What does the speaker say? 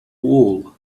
wool